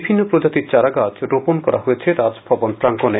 বিভিন্ন প্রজাতির চারা গাছ রোপণ করা হয় রাজভবন প্রাঙ্গণে